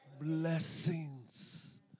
blessings